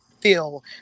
feel